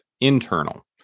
internal